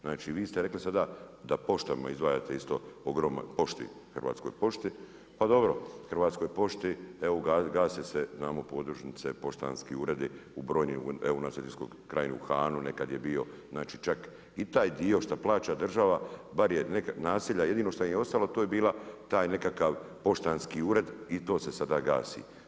Znači vi ste rekli sada da poštama izdvajate isto ogroman, pošti, Hrvatskoj pošti, pa dobro, Hrvatskoj pošti, evo gase se znamo podružnice, poštanski uredi u brojnim, evo u … nekada je bio, znači čak i taj dio šta plaća država bare je, neka naselja jedino što im je ostalo, to je bila taj nekakav poštanski ured i to se sada gasi.